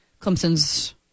Clemson's